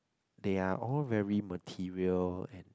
they are all very material and